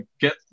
get